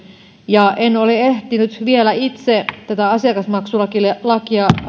en ole ehtinyt vielä itse tätä asiakasmaksulakia